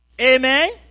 Amen